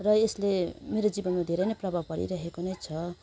र यसले मेरो जीवनमा धेरै नै प्रभाव पारिराखेको नै छ